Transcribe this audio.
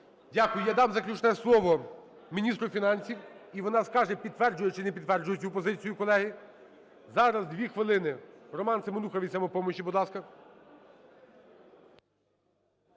Дякую. Я дам заключне слово міністру фінансів, і вона скаже, підтверджує чи не підтверджує цю позицію, колеги. Зараз 2 хвилини, Роман Семенуха від "Самопомочі", будь ласка.